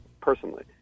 personally